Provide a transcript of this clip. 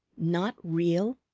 not real?